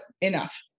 enough